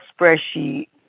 spreadsheet